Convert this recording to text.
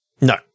No